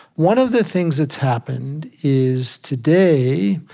one of the things that's happened is, today,